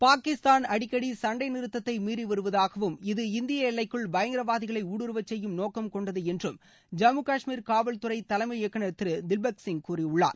பாகிஸ்தான் அடிக்கடி சண்டை நிறுத்தத்தை மீறிவருவதாகவும் இது இந்திய எல்லைக்குள் பயங்கரவாதிகளை ஊடுருவ செய்யும் நோக்கம் கொண்டது என்றும் ஜம்மு னஷ்மீர் காவல் துறை தலைமை இயக்குநர் திரு திவ்பக் சிங் கூறியுள்ளார்